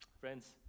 Friends